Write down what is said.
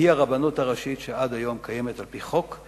והיא הרבנות הראשית שעד היום קיימת על-פי חוק,